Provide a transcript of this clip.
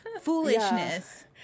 Foolishness